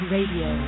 Radio